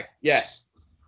Yes